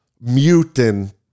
mutant